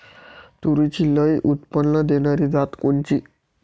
तूरीची लई उत्पन्न देणारी जात कोनची?